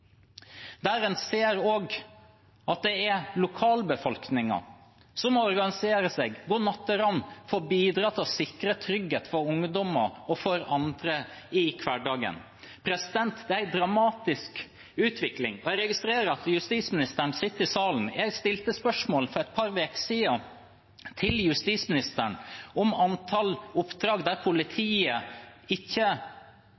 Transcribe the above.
En ser også at det er lokalbefolkningen som organiserer seg og går natteravn for å bidra til å sikre trygghet for ungdommer og andre i hverdagen. Det er en dramatisk utvikling. Jeg registrerer at justisministeren sitter i salen. Jeg stilte spørsmål til justisministeren for et par uker siden om antallet oppdrag der